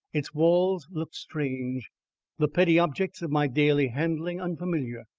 its walls looked strange the petty objects of my daily handling, unfamiliar.